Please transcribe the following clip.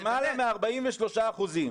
למעלה מ-43%.